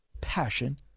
passion